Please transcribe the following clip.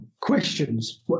questions